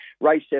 Race